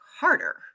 harder